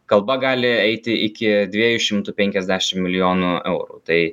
kalba gali eiti iki dviejų šimtų penkiasdešim milijonų eurų tai